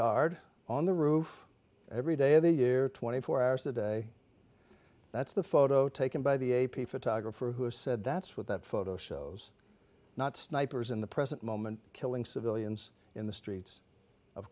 guard on the roof every day of the year twenty four hours a day that's the photo taken by the a p photographer who said that's what that photo shows not snipers in the present moment killing civilians in the streets of